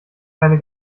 keine